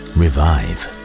revive